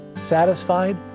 satisfied